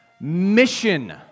mission